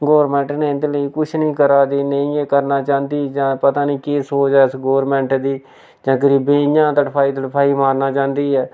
government निं इं'दे लेई कुछ निं करा दी नेईं एह् करना चांह्दी जां पता निं केह् सोच ऐ इस गौरमैंट दी जां गरीबें इ'यां गी तड़फाई तड़फाई मारना चांह्दी ऐ